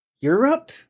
Europe